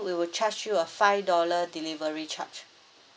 we will charge you a five dollar delivery charge